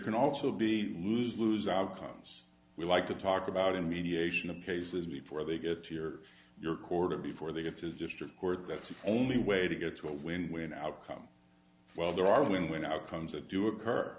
can also be lose lose outcomes we like to talk about in mediation of cases before they get to hear your quarter before they get to the district court that's the only way to get to a win win outcome well there are win win outcomes that do